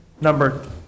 number